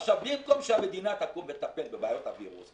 עכשיו במקום המדינה תקום ותטפל בעיות הווירוס,